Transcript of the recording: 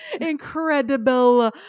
incredible